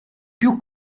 più